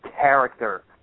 character